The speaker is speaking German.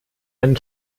einen